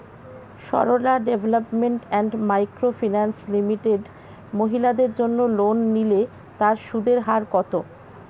Sarala development and micro finance limited মহিলাদের জন্য loan নিলে তার সুদের হার কত?